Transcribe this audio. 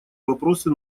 вопросы